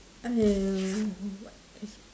!aiyo! what is